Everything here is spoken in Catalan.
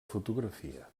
fotografia